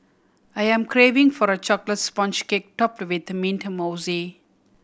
I am craving for a chocolate sponge cake topped with mint mousse